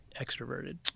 extroverted